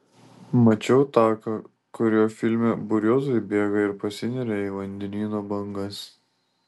mačiau taką kuriuo filme buriuotojai bėga ir pasineria į vandenyno bangas